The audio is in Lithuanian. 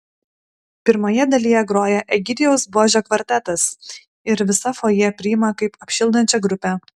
pirmoje dalyje groja egidijaus buožio kvartetas ir visa fojė priima jį kaip apšildančią grupę